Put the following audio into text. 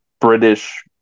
British